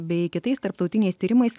bei kitais tarptautiniais tyrimais